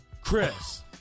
Chris